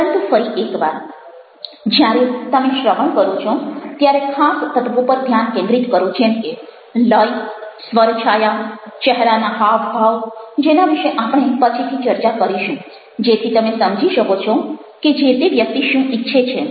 પરંતુ ફરી એકવાર જ્યારે તમે શ્રવણ કરો છો ત્યારે ખાસ તત્ત્વો પર ધ્યાન કેન્દ્રિત કરો જેમ કે લય સ્વર છાયા ચહેરાના હાવભાવ જેના વિશે આપણે પછીથી ચર્ચા કરીશું જેથી તમે સમજી શકો છો કે જે તે વ્યક્તિ શું ઇચ્છે છે